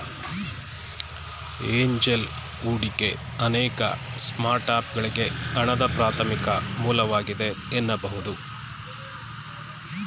angel ಹೂಡಿಕೆ ಅನೇಕ ಸ್ಟಾರ್ಟ್ಅಪ್ಗಳ್ಗೆ ಹಣದ ಪ್ರಾಥಮಿಕ ಮೂಲವಾಗಿದೆ ಎನ್ನಬಹುದು